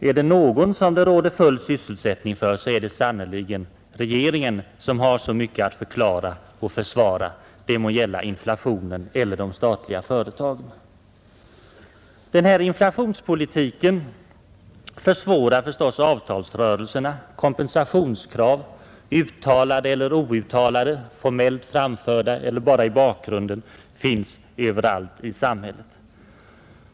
Är det någon det råder full sysselsättning för är det sannerligen regeringen, som har så mycket att förklara och försvara — det må gälla inflationen eller de statliga företagen. Inflationspolitiken försvårar givetvis avtalsrörelserna. Kompensationskrav — uttalade eller outtalade, formellt framförda eller bara i bakgrunden — finns överallt i samhället.